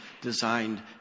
designed